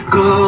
go